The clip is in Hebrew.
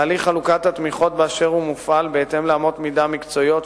תהליך חלוקת התמיכות באשר הוא מופעל בהתאם לאמות מידה מקצועיות,